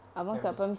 primary school